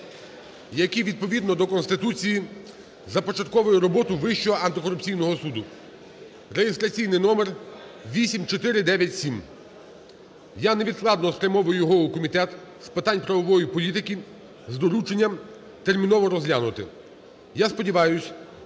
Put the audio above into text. який відповідно до Конституції започатковує роботу Вищого антикорупційного суду (реєстраційний номер 8497). Я невідкладно спрямовую його у Комітет з питань правової політики з дорученням терміново розглянути. Я сподіваюсь,